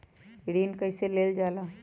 ऋण कईसे मिलल ले?